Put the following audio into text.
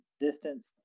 distance